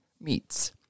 Meats